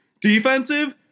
Defensive